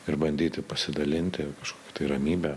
ir bandyti pasidalinti kažkokia tai ramybę